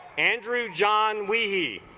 andrew john we